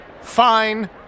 Fine